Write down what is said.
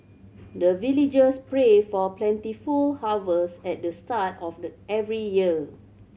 the villagers pray for plentiful harvest at the start of the every year